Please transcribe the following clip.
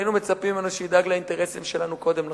היינו מצפים ממנו שידאג לאינטרסים שלנו קודם לכן.